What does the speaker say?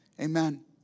Amen